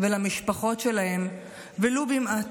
ולמשפחות שלהם ולו במעט.